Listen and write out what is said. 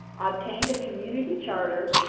obtained a community charter,